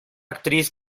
actriz